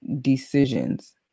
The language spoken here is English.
decisions